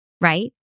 Right